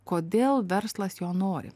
kodėl verslas jo nori